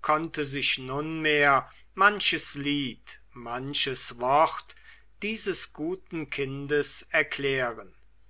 konnte sich nunmehr manches lied manches wort dieses guten kindes erklären